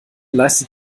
leistet